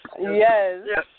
Yes